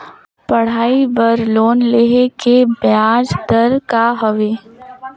पढ़ाई बर लोन लेहे के ब्याज दर का हवे?